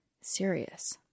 serious